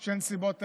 של נסיבות העניין.